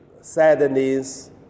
sadness